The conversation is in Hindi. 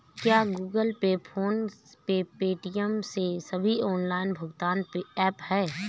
क्या Google Pay PhonePe Paytm ये सभी ऑनलाइन भुगतान ऐप हैं?